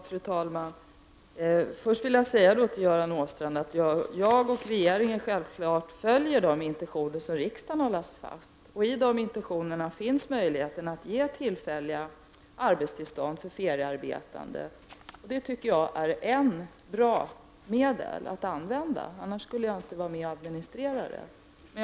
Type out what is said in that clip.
Fru talman! Först vill jag säga till Göran Åstrand att jag och regeringen självfallet följer de intentioner som riksdagen har slagit fast. Enligt dessa intentioner finns möjlighet att ge tillfälliga arbetstillstånd för feriearbetande. Det är ett bra medel att använda, annars skulle jag inte vara med och administrera detta.